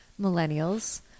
millennials